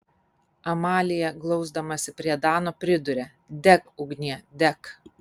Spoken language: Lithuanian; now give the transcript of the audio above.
amalija glausdamasi prie dano priduria dek ugnie dek